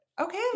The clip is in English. Okay